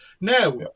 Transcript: Now